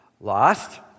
lost